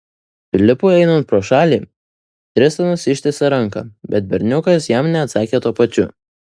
filipui einant pro šalį tristanas ištiesė ranką bet berniukas jam neatsakė tuo pačiu